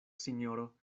sinjoro